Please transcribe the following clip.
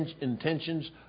intentions